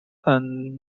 annual